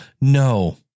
No